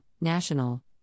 national